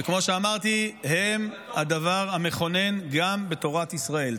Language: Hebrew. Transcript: וכמו שאמרתי הם הדבר המכונן גם בתורת ישראל.